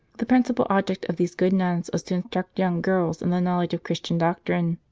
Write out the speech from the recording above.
the principal object of these good nuns was to instruct young girls in the knowledge of christian doctrine.